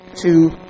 two